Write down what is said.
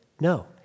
No